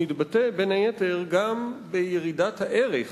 מתבטא בין היתר בירידת הערך